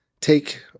take